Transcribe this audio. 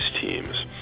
teams